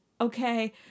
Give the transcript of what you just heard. Okay